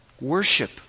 worship